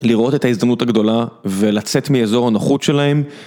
לראות את ההזדמנות הגדולה ולצאת מאזור הנוחות שלהם.